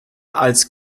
als